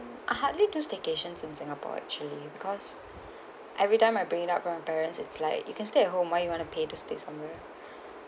I hardly do staycations in singapore actually because every time I bring it out told my parents it's like you can stay at home why you want to pay to stay somewhere